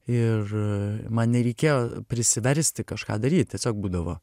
ir man nereikėjo prisiversti kažką daryt tiesiog būdavo